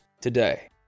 today